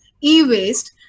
e-waste